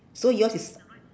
so yours is